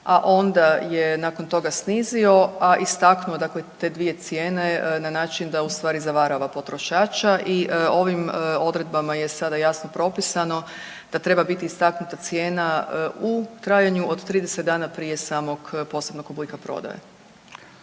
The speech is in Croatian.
a onda je nakon toga snizio, a istaknuo te dvije cijene na način da ustvari zavarava potrošača i ovim odredbama je sada jasno propisano da treba biti istaknuta cijena u trajanju od 30 dana prije samog posebnog oblika prodaje.